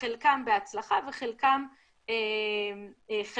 חלקן בהצלחה וחלקן פחות